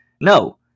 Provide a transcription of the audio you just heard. No